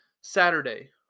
Saturday